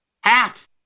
half